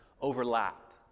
overlap